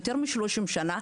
יותר מ-30 שנים,